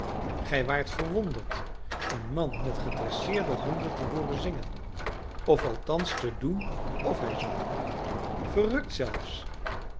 gij waart verwonderd een man met gedresseerde honden te hooren zingen of althans te doen of hij zong verrukt zelfs